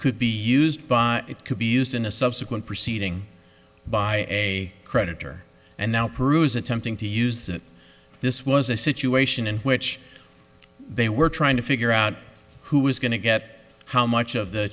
could be used by it could be used in a subsequent proceeding by a creditor and now peru is attempting to use that this was a situation in which they were trying to figure out who was going to get how much of the